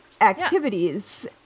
activities